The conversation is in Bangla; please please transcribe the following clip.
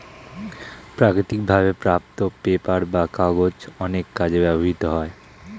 প্রাকৃতিক ভাবে প্রাপ্ত পেপার বা কাগজ অনেক কাজে ব্যবহৃত হয়